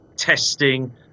testing